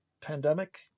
pandemic